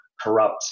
corrupt